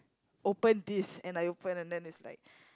open this and I open and it's like